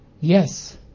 Yes